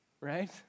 right